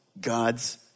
God's